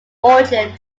origin